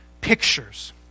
pictures